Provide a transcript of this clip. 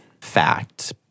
fact